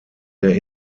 der